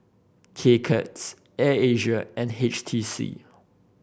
K Cuts Air Asia and H T C